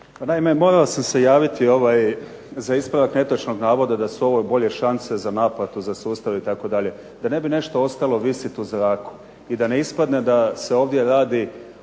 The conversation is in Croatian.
Naime, morao sam se javiti za ispravak netočnog navoda da su ovo bolje šanse za napad za sustave itd. Da ne bi nešto ostalo visit u zraku i da ne ispadne da se ovdje radi